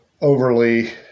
overly